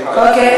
והרווחה.